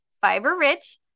fiber-rich